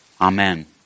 Amen